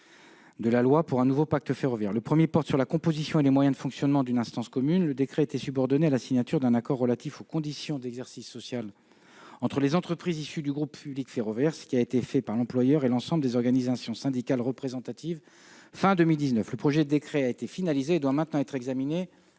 des décrets manquants de cette loi, le premier porte sur la composition et les moyens de fonctionnement d'une instance commune. Il était subordonné à la signature d'un accord relatif aux conditions d'exercice social entre les entreprises issues du groupe public ferroviaire, ce qui a été fait par l'employeur et l'ensemble des organisations syndicales représentatives à la fin de l'année 2019. Le projet de décret a été finalisé et doit maintenant être examiné